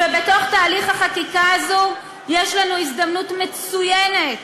ובתוך תהליך החקיקה הזה יש לנו הזדמנות מצוינת